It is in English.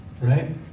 right